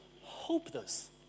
hopeless